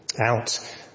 out